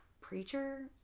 preacher